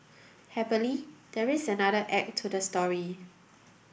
happily there is another act to the story